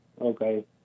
Okay